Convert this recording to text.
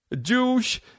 Jews